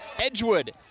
Edgewood